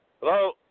Hello